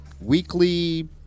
weekly